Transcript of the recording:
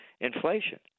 inflation